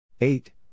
Eight